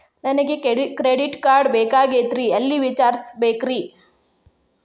ನನಗೆ credit card ಬೇಕಾಗಿತ್ರಿ ಎಲ್ಲಿ ವಿಚಾರಿಸಬೇಕ್ರಿ?